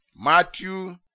Matthew